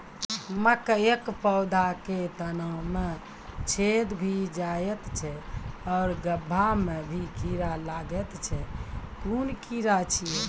मकयक पौधा के तना मे छेद भो जायत छै आर गभ्भा मे भी कीड़ा लागतै छै कून कीड़ा छियै?